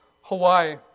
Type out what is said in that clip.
Hawaii